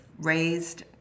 raised